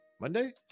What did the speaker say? monday